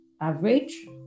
average